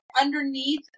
underneath